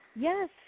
Yes